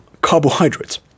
carbohydrates